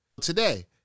Today